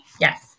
Yes